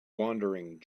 wandering